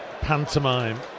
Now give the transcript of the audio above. pantomime